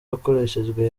yakoreshejwe